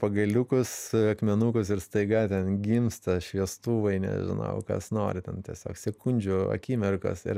pagaliukus akmenukus ir staiga ten gimsta šviestuvai nežinau kas nori ten tiesiog sekundžių akimirkos ir